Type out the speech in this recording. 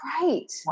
great